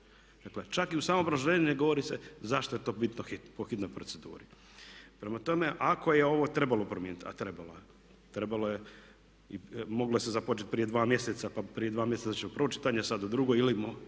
Dakle, čak i u samom obrazloženju ne govori se zašto je to bitno po hitnoj proceduri. Prema tome, ako je ovo trebalo promijeniti, a trebalo je i moglo se započeti prije 2 mjeseca pa prije 2 mjeseca prvo čitanje i sad drugo,